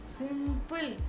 simple